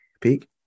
Peak